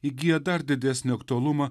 įgyja dar didesnį aktualumą